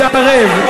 מתערב.